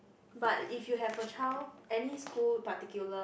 but if you have a child any school in particular